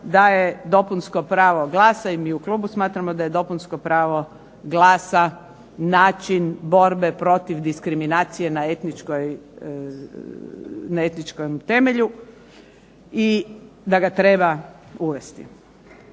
da je dopunsko pravo glasa i mi u klubu smatramo da je dopunsko pravo glasa način borbe protiv diskriminacije na etničkom temelju i da ga treba uvesti.